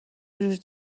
وجود